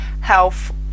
health